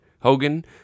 Hogan